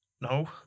No